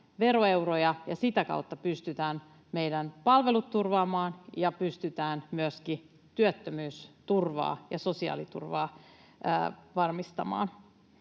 veroeuroja ja sitä kautta pystytään meidän palvelut turvaamaan ja pystytään myöskin työttömyysturvaa ja sosiaaliturvaa varmistamaan.